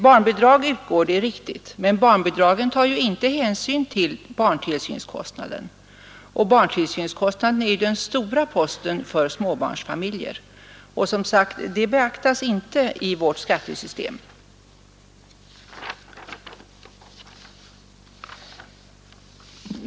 Barnbidrag utgår, det är riktigt, men det tar inte hänsyn till barntillsynskostnaden som är den stora posten för småbarnsfamiljer. Det beaktas inte i vårt skattesystem.